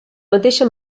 mateixa